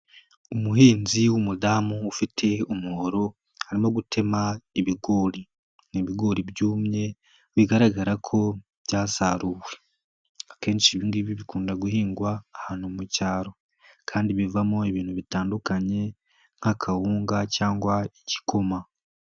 Umuhinzi w'umudamu ufite umuhoro arimo gutema ibigori. Ni ibigori byumye bigaragara ko byasaruwe, akenshi ibingibi bikunda guhingwa ahantu mucyaro kandi bivamo ibintu bitandukanye nk'akawunga cyangwa igikoma.